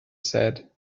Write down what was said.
said